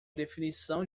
definição